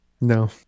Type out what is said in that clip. no